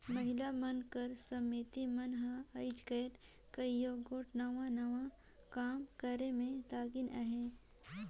महिला मन कर समिति मन हर आएज काएल कइयो गोट नावा नावा काम करे में लगिन अहें